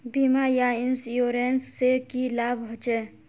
बीमा या इंश्योरेंस से की लाभ होचे?